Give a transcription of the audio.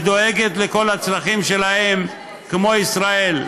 ודואגת לכל הצרכים שלהם כמו ישראל.